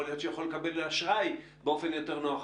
יכול להיות שהוא יכול לקבל אשראי באופן יותר נוח.